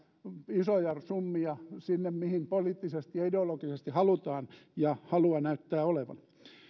isoja summia sinne mihin poliittisesti ja ideologisesti halutaan ja halua näyttää olevan